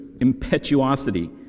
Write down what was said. impetuosity